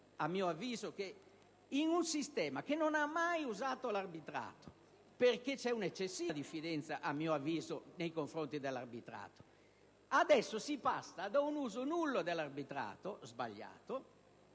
è incredibile che in un sistema che non ha mai usato l'arbitrato, perché c'è un eccessiva diffidenza, a mio avviso, nei suoi confronti, adesso si passi da un uso nullo dell'arbitrato (sbagliato)